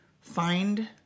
find